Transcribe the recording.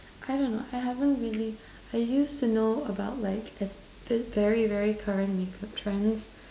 I don't know I haven't really I used to know about like as very very current makeup trends